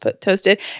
toasted